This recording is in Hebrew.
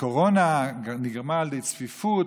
הקורונה גרמה לצפיפות,